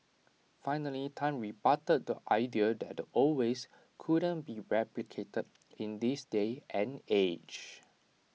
finally Tan rebutted the idea that the old ways couldn't be replicated in this day and age